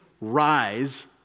Rise